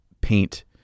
paint